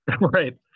right